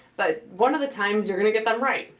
but, one of the times you're gonna get them right.